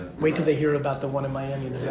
wait til they hear about the one in miami.